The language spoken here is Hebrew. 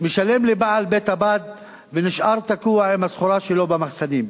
משלם לבעל בית-הבד ונשאר תקוע עם הסחורה שלו במחסנים.